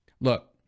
look